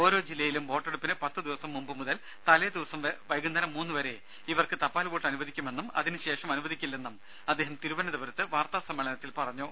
ഓരോ ജില്ലയിലും വോട്ടെടുപ്പിന് പത്ത് ദിവസം മുമ്പ് മുതൽ തലേ ദിവസം വൈകുന്നേരം മൂന്നു വരെ ഇവർക്ക് തപാൽ വോട്ട് അനുവദിക്കുമെന്നും അതിനുശേഷം അനുവദിക്കില്ലെന്നും അദ്ദേഹം തിരുവനന്തപുരത്ത് വാർത്താ സമ്മേളനത്തിൽ പറഞ്ഞു